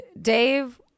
Dave